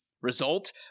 result